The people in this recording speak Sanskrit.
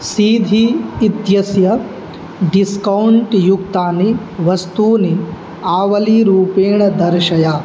सीधी इत्यस्य डिस्कौण्ट् युक्तानि वस्तूनि आवलीरूपेण दर्शय